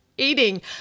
eating